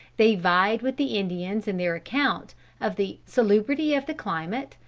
they vied with the indians in their account of the salubrity of the climate,